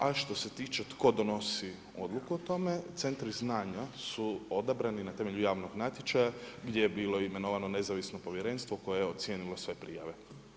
A što se tiče tko donosi odluku o tome, centri znanja su odabrani na temelju javnog natječaja gdje je bilo imenovano nezavisno povjerenstvo koje je ocijenilo sve prijave.